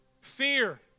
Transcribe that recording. Fear